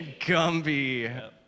Gumby